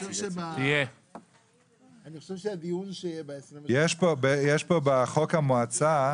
יש פה בחוק המועצה,